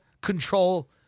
control